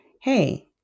Hey